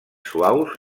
suaus